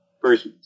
first